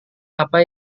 apa